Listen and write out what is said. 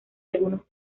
algunos